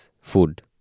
food